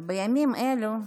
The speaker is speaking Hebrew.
אבל בימים אלו,